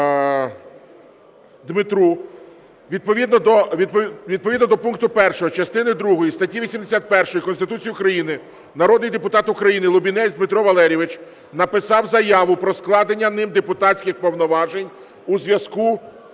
слово Дмитру. Відповідно до пункту 1 частини другої статті 81 Конституції України народний депутат України Лубінець Дмитро Валерійович написав заяву про складення ним депутатських повноважень у зв'язку